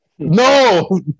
no